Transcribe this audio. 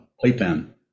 playpen